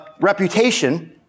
reputation